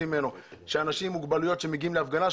ממנו שאנשים עם מוגבלויות שמגיעים להפגנה,